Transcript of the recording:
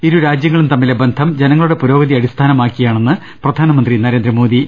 ഇരു രാജ്യങ്ങളും തമ്മിലെ ബന്ധം ജനങ്ങ ളുടെ പുരോഗതി അടിസ്ഥാനമാക്കിയാണെന്ന് പ്രധാനമന്ത്രി നരേന്ദ്രമോദി